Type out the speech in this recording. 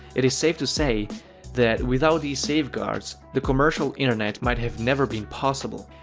it is safe to say that without these safeguards, the commercial internet might have never been possible.